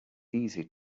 easy